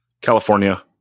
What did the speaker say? California